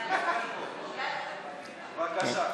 בבקשה.